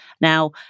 now